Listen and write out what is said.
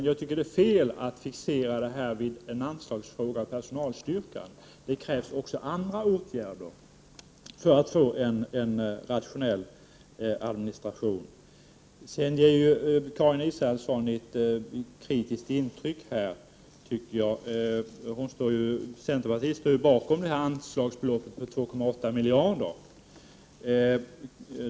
Jag tycker att det är fel att fixera detta vid anslaget och personalstyrkan. Det krävs också andra åtgärder för att vi skall få en rationell administration. Karin Israelsson ger här ett kritiskt intryck. Centerpartiet står ju bakom anslagsbeloppet på 2,8 miljarder.